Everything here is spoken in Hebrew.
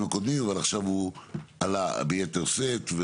הקודמים אבל עכשיו הוא עלה ביתר שאת,